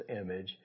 image